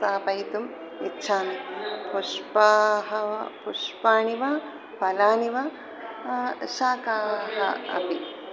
स्थापयितुम् इच्छामि पुष्पाणि वा पुष्पाणि वा फलानि वा शाकाः अपि